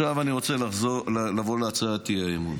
עכשיו אעבור להצעת האי-אמון.